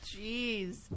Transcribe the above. jeez